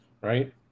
Right